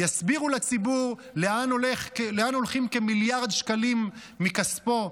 יסבירו לציבור לאן הולכים כמיליארד שקלים מכספו,